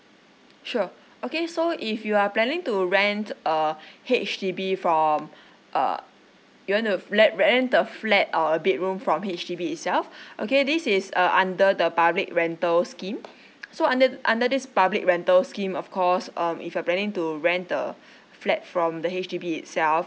sure okay so if you are planning to rent a H_D_B from uh you want to let rent a flat or a bedroom from H_D_B itself okay this is uh under the public rental scheme so under th~ under this public rental scheme of course um if you're planning to rent a flat from the H_D_B itself